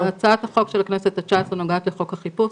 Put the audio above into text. הצעת החוק של הכנסת ה-19 נוגעת לחוק החיפוש,